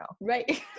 right